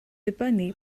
dibynnu